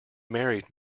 married